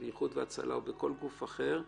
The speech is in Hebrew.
ואיחוד והצלה או כל גוף אחר.